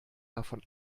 davon